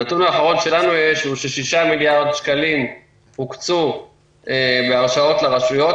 הנתון האחרון שלנו יש הוא ש-6 מיליארד שקלים הוקצו בהרשאות לרשויות,